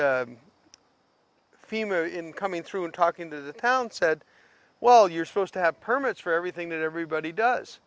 theme in coming through and talking to the town said well you're supposed to have permits for everything that everybody does